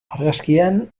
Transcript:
argazkian